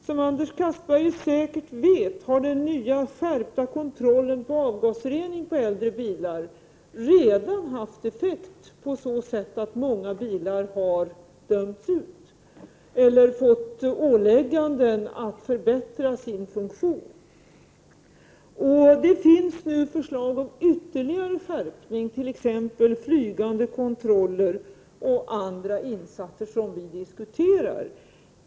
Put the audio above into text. Som Anders Castberger säkerligen vet har den skärpta kontrollen av avgasreningen på äldre bilar redan haft effekt på så sätt att man har dömt ut många bilar eller utfärdat ålägganden om att bilarnas funktion skall förbättras. Det finns nu förslag om ytterligare skärpning, t.ex. flygande kontroller, och andra insatser, som vi diskuterar.